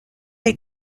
est